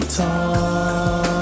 talk